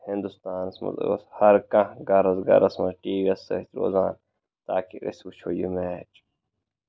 ہنٛدوستانس منٛز ٲس ہر کانٛہہ گرَس گرَس منٛز ٹی وی یَس سۭتۍ روزان تاکہِ أسۍ وُچھَو یہِ میچ